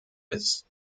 ist